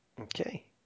Okay